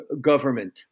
government